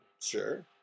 Sure